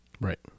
Right